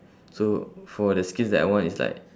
so for the skills that I want is like